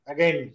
Again